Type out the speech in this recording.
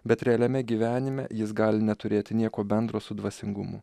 bet realiame gyvenime jis gali neturėti nieko bendro su dvasingumu